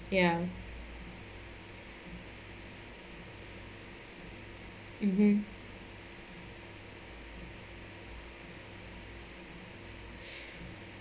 ya mmhmm